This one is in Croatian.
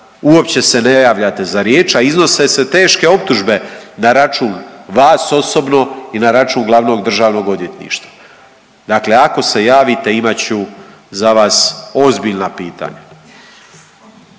uopće se ne javljate za riječ, a iznose se teške optužbe na račun vas osobno i na račun glavnog državnog odvjetništva. Dakle, ako se javite imat ću za vas ozbiljna pitanja.